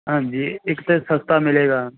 ਹਾਂਜੀ ਇੱਕ ਤਾਂ ਸਸਤਾ ਮਿਲੇਗਾ